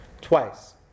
twice